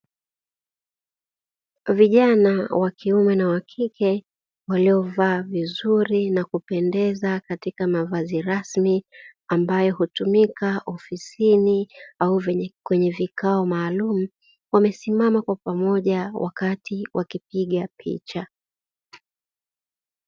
Vijana wakiume na wakike waliovaa vizuri na kupendeza katika mavazi rasmi ambayo hutumika ofisini au kwenye vikao maalumu, wamesimama kwa pamoja wakati wakipiga picha.